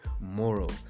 moral